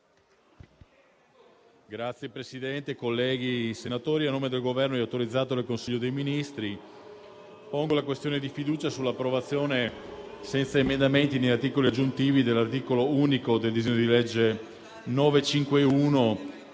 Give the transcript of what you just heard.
Signor Presidente, colleghi senatori, a nome del Governo, autorizzato dal Consiglio dei ministri, pongo la questione di fiducia sull'approvazione, senza emendamenti né articoli aggiuntivi, dell'articolo unico del disegno di legge n.